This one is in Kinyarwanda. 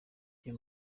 uyu